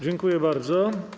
Dziękuję bardzo.